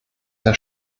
herr